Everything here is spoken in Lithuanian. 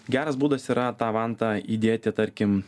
geras būdas yra tą vantą įdėti tarkim